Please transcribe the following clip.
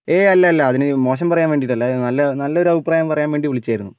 ഏയ് അല്ല അല്ല അതിന് മോശം പറയാൻ വേണ്ടിയിട്ടല്ല അല്ല നല്ല അഭിപ്രായം പറയാൻ വേണ്ടിയിട്ട് വിളിച്ചത് ആയിരുന്നു